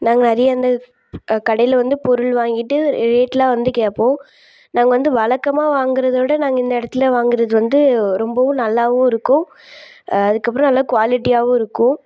நாங்கள் நிறைய அந்த கடையில் வந்து பொருள் வாங்கிட்டு ரேட்டெலாம் வந்து கேட்போம் நாங்கள் வந்து வழக்கமா வாங்கறதை விட நாங்கள் இந்த இடத்துல வாங்குகிறது வந்து ரொம்பவும் நல்லாவும் இருக்கும் அதுக்கு அப்புறம் நல்ல க்வாலிட்டியாகவும் இருக்கும்